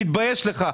תתבייש לך.